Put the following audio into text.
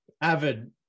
avid